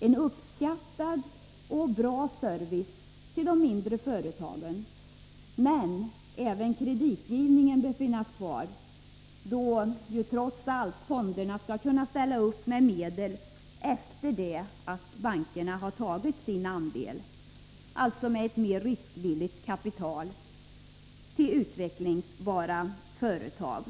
en uppskattad och bra service till de mindre företagen, men även kreditgivningen bör finnas kvar, då ju trots allt fonderna skall kunna ställa upp med medel efter det att bankerna har tagit sin andel, alltså med ett mer riskvilligt kapital till utvecklingsbara företag.